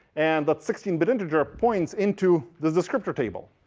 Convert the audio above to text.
and that sixteen bit integer ah points into the descriptor table.